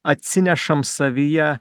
atsinešam savyje